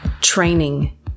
training